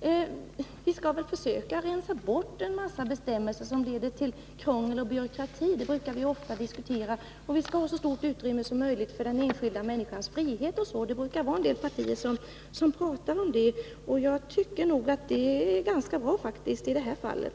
Det gäller väl att försöka rensa bort en mängd bestämmelser som leder till krångel och byråkrati; det är något som vi ofta brukar diskutera. Att det skall skapas stort utrymme för den enskilda människans frihet brukar ju också vissa partier tala för. Jag tycker att det är ganska bra ställt med det i detta fall.